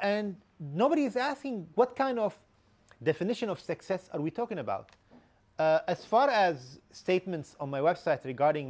and nobody's asking what kind of definition of success are we talking about as far as statements on my website regarding